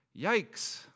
yikes